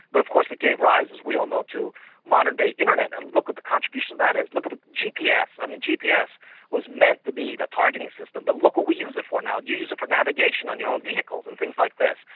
but of course it gave rise, as we all know, to the modern-day internet. and look at the contribution that is, look at the gps. i mean, gps was meant to be a targeting system but look what we use it for now, you use it for navigation on your own vehicles and things like this.